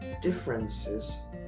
differences